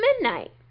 midnight